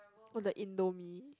or the Indo-mee